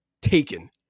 taken